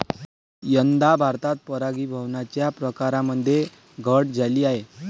यंदा भारतात परागीभवनाच्या प्रकारांमध्ये घट झाली आहे